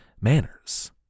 manners